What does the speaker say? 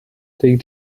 take